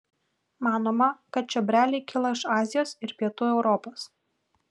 manoma kad čiobreliai kilo iš azijos ir pietų europos